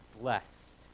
blessed